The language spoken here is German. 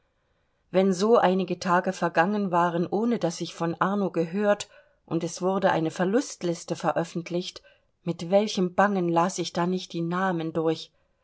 wenn so einige tage vergangen waren ohne daß ich von arno gehört und es wurde eine verlustliste veröffentlicht mit welchem bangen las ich da nicht die namen durch